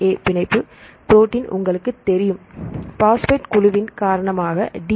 ஏ பிணைப்பு புரோட்டின் உங்களுக்குத் தெரியும் பாஸ்பேட் குழுவின் காரணமாக டி